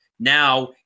Now